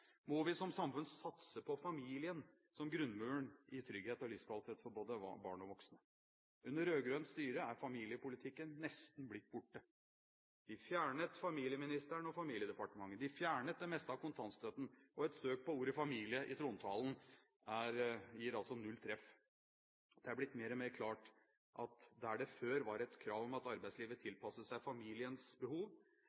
må vi som samfunn satse på familien som grunnmuren i trygghet og livskvalitet for både barn og voksne. Under rød-grønt styre er familiepolitikken nesten blitt borte. De fjernet familieministeren og familiedepartementet. De fjernet det meste av kontantstøtten, og et søk på ordet familie i trontalen gir null treff. Det er blitt mer og mer klart at der det før var et krav om at arbeidslivet